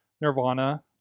Nirvana